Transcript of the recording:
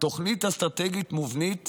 תוכנית אסטרטגית מובנית